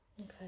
Okay